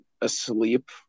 asleep